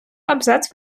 абзац